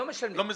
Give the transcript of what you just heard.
לא מזכים.